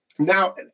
Now